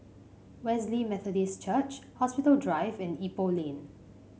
Wesley Methodist Church Hospital Drive and Ipoh Lane